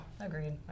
agreed